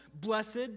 blessed